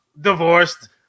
Divorced